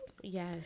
Yes